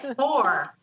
four